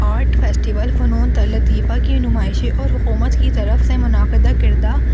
art festival فنون لطیفہ کی نمائشیں اور حکومت کی طرف سے منعقدہ کردہ